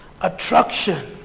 attraction